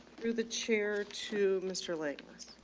through the chair to mr linguist.